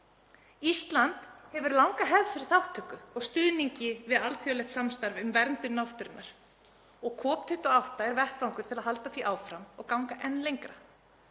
Ísland hefur langa hefð fyrir þátttöku og stuðningi við alþjóðlegt samstarf um verndun náttúrunnar og COP28 er vettvangur til að halda því áfram og ganga enn lengra.